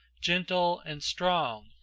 gentle and strong,